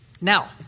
Now